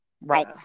Right